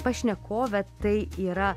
pašnekovė tai yra